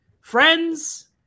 friends